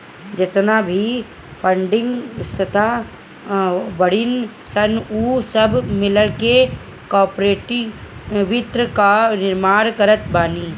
जेतना भी फंडिंग संस्था बाड़ीन सन उ सब मिलके कार्पोरेट वित्त कअ निर्माण करत बानी